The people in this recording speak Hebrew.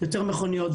יותר מכוניות,